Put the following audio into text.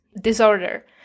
disorder